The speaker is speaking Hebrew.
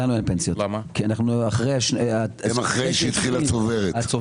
לנו אין פנסיות, כי אנחנו אחרי שהתחילה הצוברת.